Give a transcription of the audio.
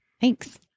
Thanks